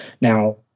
now